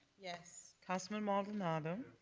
yes. councilman maldonado.